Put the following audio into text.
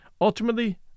Ultimately